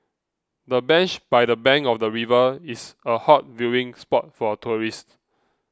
the bench by the bank of the river is a hot viewing spot for tourists